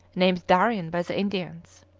named darien by the indians.